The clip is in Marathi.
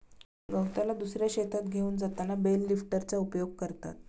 गवताला दुसऱ्या शेतात घेऊन जाताना बेल लिफ्टरचा उपयोग करा